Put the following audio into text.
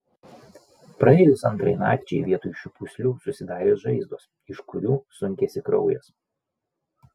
praėjus antrai nakčiai vietoj šių pūslių susidarė žaizdos iš kurių sunkėsi kraujas